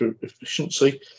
efficiency